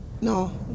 no